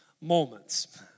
moments